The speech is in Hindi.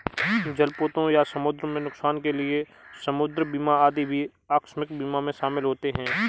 जलपोतों या समुद्र में नुकसान के लिए समुद्र बीमा आदि भी आकस्मिक बीमा में शामिल होते हैं